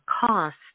cost